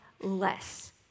less